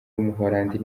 w’umuholandi